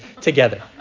together